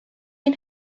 ein